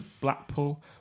Blackpool